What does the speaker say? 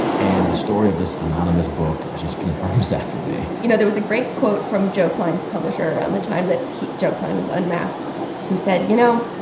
and the story of this anonymous book just confirms that for me you know, there was a great quote from joe klein's publisher around the time that he joe klein was unmasked who said, you know,